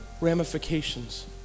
ramifications